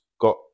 got